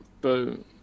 Boom